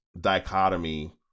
dichotomy